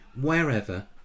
wherever